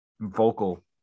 vocal